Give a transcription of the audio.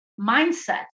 mindset